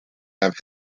have